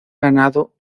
ganado